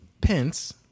Pence